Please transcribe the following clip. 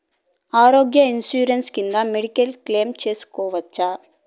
ఆరోగ్య ఇన్సూరెన్సు కింద medical claim సేసుకోవచ్చా?